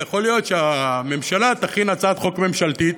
ויכול להיות שהממשלה תכין הצעת חוק ממשלתית,